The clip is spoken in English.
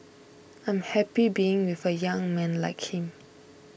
I'm happy being with a young man like him